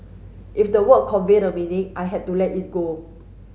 if the word convey the meaning I had to let it go